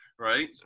Right